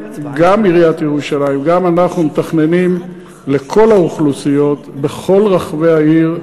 גם עיריית ירושלים וגם אנחנו מתכננים לכל האוכלוסיות בכל רחבי העיר,